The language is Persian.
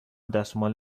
دستمال